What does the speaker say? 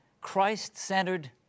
Christ-centered